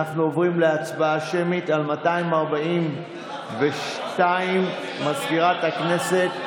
אנחנו עוברים להצבעה שמית על 242. מזכירת הכנסת,